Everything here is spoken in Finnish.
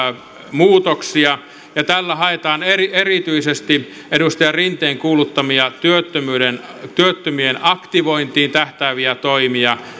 muutoksia ja tällä haetaan erityisesti edustaja rinteen kuuluttamia työttömien aktivointiin tähtääviä toimia